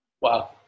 Wow